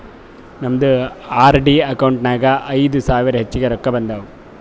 ನಮ್ದು RD account ನಾಗ್ ಐಯ್ದ ಸಾವಿರ ಹೆಚ್ಚಿಗೆ ರೊಕ್ಕಾ ಬಂದಾವ್